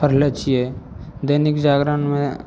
पढ़ले छियै दैनिक जागरणमे